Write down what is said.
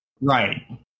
Right